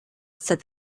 said